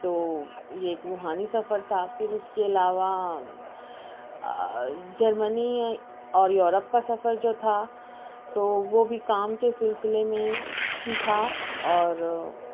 تو یہ ایک روحانی سفر تھا پھر اس کے علاوہ جرمنی اور یورپ کا سفر جو تھا تو وہ بھی کام کے سلسلے میں ہی تھا اور